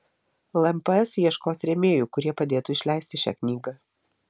lmps ieškos rėmėjų kurie padėtų išleisti šią knygą